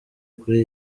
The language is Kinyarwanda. kuri